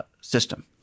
system